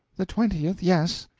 the twentieth yes.